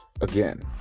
again